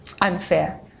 unfair